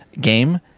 game